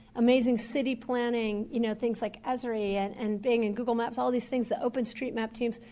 amazing city planning, you know, things like esry and and being in google maps all of these things, the open street map teams.